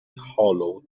hollow